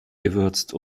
gewürzt